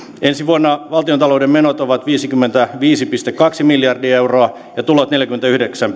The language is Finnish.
ensi vuonna valtiontalouden menot ovat viisikymmentäviisi pilkku kaksi miljardia euroa ja tulot neljänkymmenenyhdeksän